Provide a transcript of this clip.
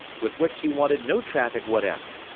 with which he wanted no traffic whatever.